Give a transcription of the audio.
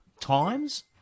times